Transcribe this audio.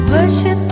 Worship